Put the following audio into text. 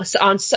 on